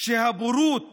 שהבורות